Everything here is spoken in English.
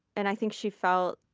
and i think she felt.